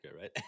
right